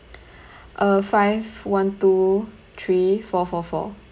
uh five one two three four four four